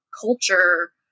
culture